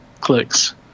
clicks